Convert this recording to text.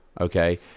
Okay